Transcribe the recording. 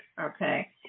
Okay